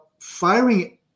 firing